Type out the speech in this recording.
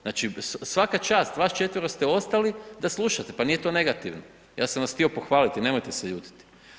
Znači svaka čast, vas 4 ste ostali da slušate, pa nije to negativno, ja sam vas htio pohvaliti, nemojte se ljutiti.